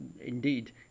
indeed